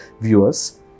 viewers